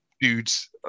dudes